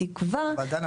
אבל דנה,